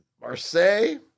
Marseille